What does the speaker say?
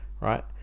right